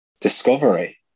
discovery